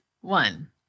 one